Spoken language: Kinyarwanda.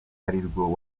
arirwo